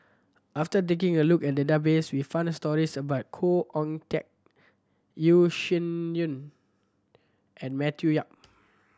after taking a look at the database we found stories about Khoo Oon Teik Yeo Shih Yun and Matthew Yap